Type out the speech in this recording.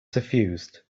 suffused